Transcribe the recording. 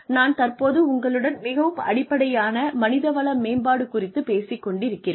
நான் தற்போது உங்களுடன் மிகவும் அடிப்படையான மனித வள மேம்பாடு குறித்து பேசிக் கொண்டிருக்கிறேன்